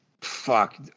Fuck